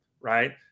right